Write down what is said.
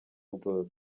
bwose